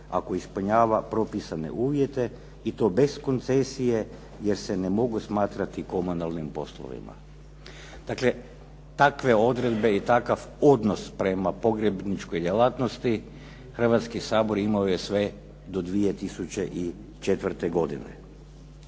ako ispunjava propisane uvjete i to bez koncesije jer se ne mogu smatrati komunalnim poslovima. Dakle, takve odredbe i takav odnos prema pogrebničkoj djelatnosti Hrvatski sabor imao je sve do 2004. godine.